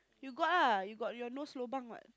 you got ah you got your nose lobang what